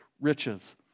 riches